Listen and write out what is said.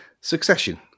Succession